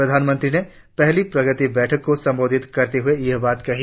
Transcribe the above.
प्रधानमंत्री ने पहली प्रगति बैठक को संबोधित करते हुए यह बात कही